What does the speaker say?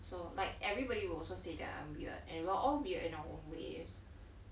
so like everybody will also say that I'm weird and we're all weird in our own way